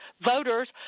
voters